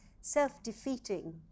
self-defeating